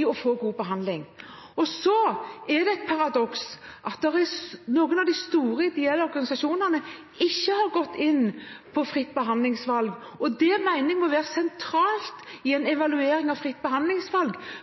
i å få god behandling. Så er det et paradoks at noen av de store ideelle organisasjonene ikke har gått inn på fritt behandlingsvalg. Det mener jeg må være sentralt i en evaluering av fritt behandlingsvalg,